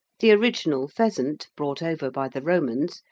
the original pheasant brought over by the romans,